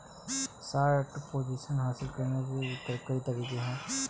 short position हासिल करने के कई तरीके हैं